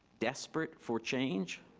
desperate for change,